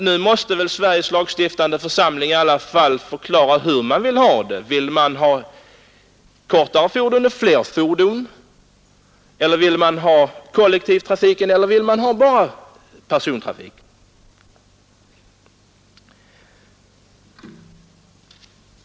Nu måste vi i Sveriges lagstiftande församling förklara hur vi vill ha det: Vill vi ha kortare fordon och fler fordon? Vill vi ha kollektivtrafik eller bara personbilstrafik?